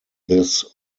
this